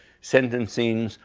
sentencing,